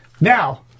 now